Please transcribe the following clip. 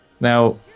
Now